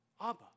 Abba